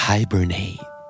Hibernate